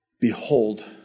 Behold